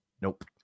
Nope